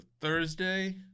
thursday